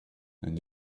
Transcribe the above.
and